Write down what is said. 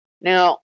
Now